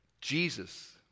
Jesus